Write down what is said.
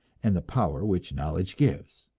and the power which knowledge gives.